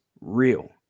real